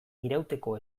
irauteko